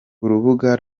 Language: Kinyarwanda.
urubuga